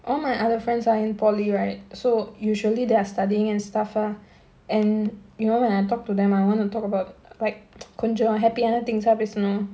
all my other friends are in poly right so usually they are studying and stuff uh and you know when I talk to them uh I want to talk about like கொஞ்ச:konja happy ஆன:aana things ah பேசனு:paesanu